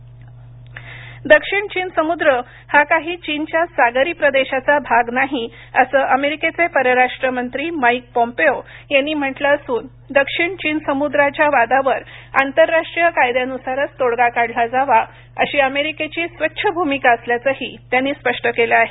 चीन पॉम्पेओ दक्षिण चीन समुद्र हा काही चीनचा सागरी प्रदेश नाही असं अमेरिकेचे परराष्ट्रमंत्री माइक पॉम्पेओ यांनी म्हटलं असून दक्षिण चीन समुद्राच्या वादावर आंतरराष्ट्रीय कायद्यानुसारच तोडगा काढला जावा अशी अमेरिकेची स्वच्छ भूमिका असल्याचंही त्यांनी स्पष्ट केलं आहे